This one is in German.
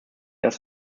dass